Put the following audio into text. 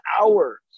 hours